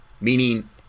meaning